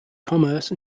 commerce